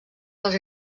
dels